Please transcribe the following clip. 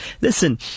listen